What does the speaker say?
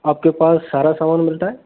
आपके पास सारा सामान मिलता है